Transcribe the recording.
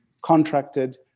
contracted